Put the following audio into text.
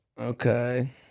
Okay